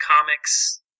comics